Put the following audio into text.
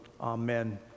Amen